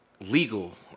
legal